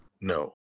No